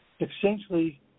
essentially